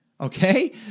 okay